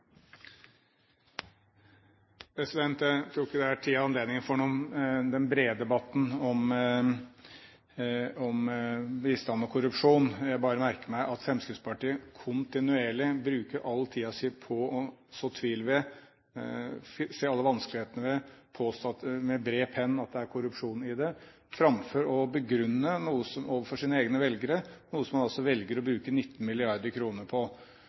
anledningen for den brede debatten om bistand og korrupsjon. Jeg bare merker meg at Fremskrittspartiet kontinuerlig bruker all tiden sin på å så tvil ved og se alle vanskelighetene ved og påstår med bred penn at det er korrupsjon i det, framfor å begrunne overfor sine egne velgere noe som man altså velger å bruke 19 mrd. kr på. Det må jo virkelig være å kaste blår i øynene på velgerne å bruke 19 000 mill. kr på